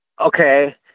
okay